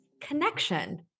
connection